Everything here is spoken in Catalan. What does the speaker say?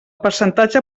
percentatge